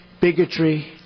bigotry